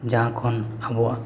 ᱡᱟᱦᱟᱸ ᱠᱷᱚᱱ ᱟᱵᱚᱣᱟᱜ